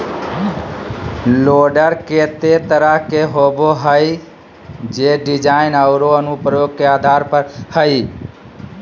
loader केते तरह के होबो हइ, जे डिज़ाइन औरो अनुप्रयोग के आधार पर हइ